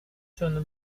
sono